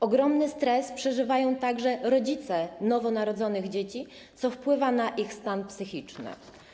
Ogromny stres przeżywają także rodzice nowo narodzonych dzieci, co wpływa na ich stan psychiczny.